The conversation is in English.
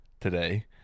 today